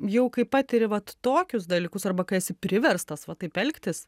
jau kai patiri vat tokius dalykus arba kai esi priverstas va taip elgtis